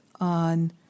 on